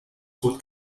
food